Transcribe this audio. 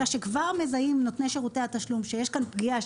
אלא שכבר מזהים נותני שירותי התשלום שיש כאן פגיעה,